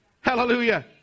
Hallelujah